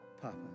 Papa